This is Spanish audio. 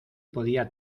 podía